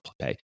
pay